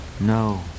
no